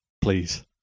Please